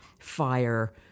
fire